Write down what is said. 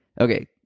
Okay